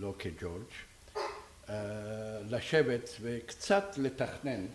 לא כג'ורג', לשבת וקצת לתכנן